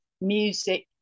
music